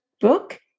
book